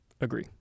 Agree